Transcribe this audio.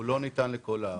הוא לא ניתן לכל ההר.